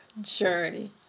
journey